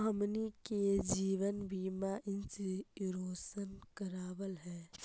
हमनहि के जिवन बिमा इंश्योरेंस करावल है?